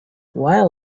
where